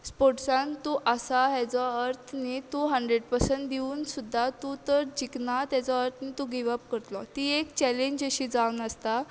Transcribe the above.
स्पोर्ट्सान तूं आसा हेजो अर्थ न्ही तूं हंड्रेड पसन दिवून सुद्दां तूं तर जिकना तेजो अर्थ तूं गीव अप करतलो ती एक चलेंज अशी जावन आसता